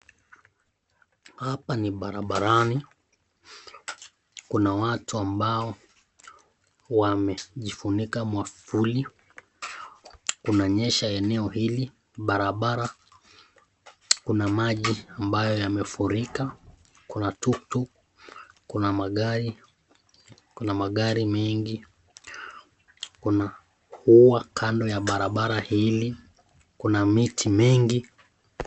Hapa ni barabarani. Kuna watu ambao wamejifunika mwavuli. Kunanyesha eneo hili barabara kuna maji ambayo yamefurika. Kuna tuktuk, kuna magari, kuna magari mengi mengi, kuna ua kando ya barabara hili. Kuna miti mengi.